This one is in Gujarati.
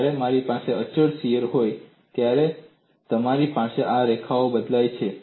જ્યારે મારી પાસે અચળ શીયર હોય ત્યારે તમારી પાસે આ રેખાઓ બદલાય છે